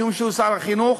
משום שהוא שר החינוך,